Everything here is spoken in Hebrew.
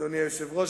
אדוני היושב-ראש,